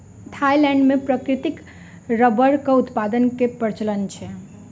Thailand मे प्राकृतिक रबड़क उत्पादन के प्रचलन अछि